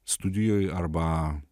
studijoj arba